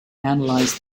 analyse